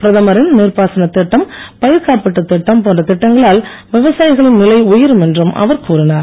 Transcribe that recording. பிரதமரின் நீர்ப்பாசனத் திட்டம் பயிர்க் காப்பீட்டுத் திட்டம் போன்ற திட்டங்களால் விவசாயிகளின் நிலை உயரும் என்றும் அவர் கூறினார்